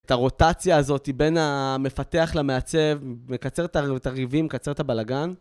את הרוטציה הזאתי, בין המפתח למעצב, מקצרת לנו את הריבים, מקצרת את הבלגן.